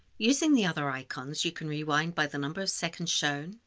using the other icons you can rewind by the number of seconds shown,